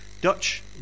Dutch